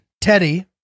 Teddy